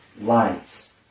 lights